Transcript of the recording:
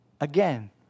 again